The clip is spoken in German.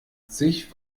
sich